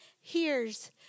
hears